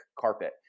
carpet